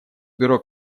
бюро